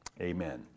Amen